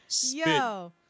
yo